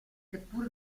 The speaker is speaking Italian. seppur